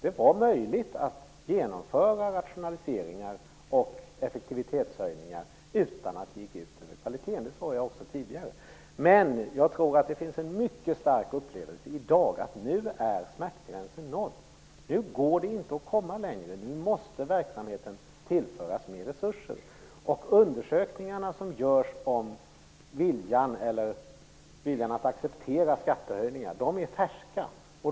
Det var möjligt att genomföra rationaliseringar och effektivitetshöjningar utan att det gick ut över kvaliteten, vilket jag också sade tidigare. Men i dag finns det en mycket stark känsla av att smärtgränsen nu är nådd. Det går inte att komma längre. Verksamheten måste tillföras mer resurser. Undersökningarna som görs om viljan att acceptera skattehöjningar är färska.